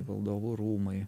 valdovų rūmai